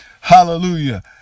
hallelujah